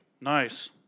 Nice